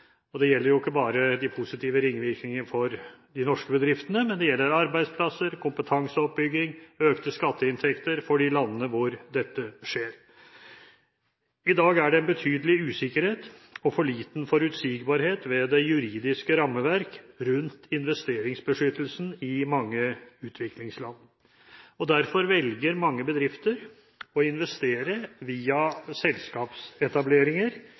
Det gjelder jo ikke bare de positive ringvirkningene for de norske bedriftene – det gjelder arbeidsplasser, kompetanseoppbygging og økte skatteinntekter for de landene hvor dette skjer. I dag er det betydelig usikkerhet, og for liten forutsigbarhet, ved det juridiske rammeverk rundt investeringsbeskyttelsen i mange utviklingsland. Derfor velger mange bedrifter å investere via selskapsetableringer,